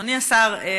אדוני השר,